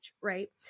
right